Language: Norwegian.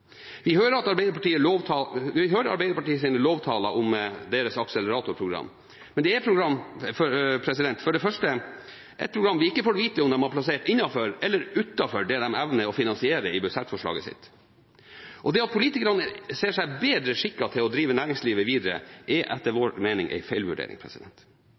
Vi hører Arbeiderpartiets lovtaler om deres akseleratorprogram, men det er et program vi ikke får vite om de har plassert innenfor eller utenfor det de evner å finansiere i budsjettforslaget sitt. Det at politikerne ser seg bedre skikket til å drive næringslivet videre, er etter vår mening